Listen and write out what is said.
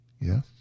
Yes